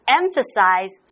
emphasize